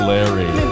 Larry